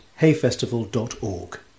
hayfestival.org